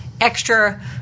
extra